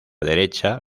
derecha